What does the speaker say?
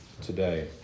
today